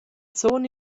zun